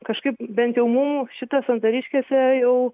kažkaip bent jau mum šita santariškėse jau